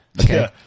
Okay